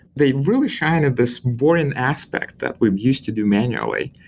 they really shine at this boring aspect that we used to do manually.